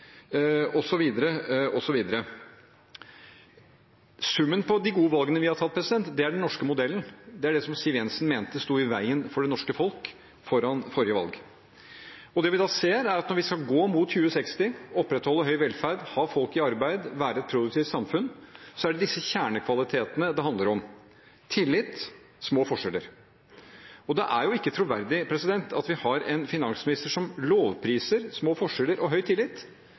Summen av de gode valgene vi har tatt, er den norske modellen. Det er det som Siv Jensen foran forrige valg mente sto i veien for det norske folk. Det vi ser, er at når vi skal gå mot 2060 og opprettholde høy velferd, ha folk i arbeid og være et produktivt samfunn, er det disse kjernekvalitetene det handler om: tillit, små forskjeller. Det er ikke troverdig at vi har en finansminister som lovpriser små forskjeller og høy tillit,